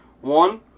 One